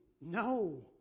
No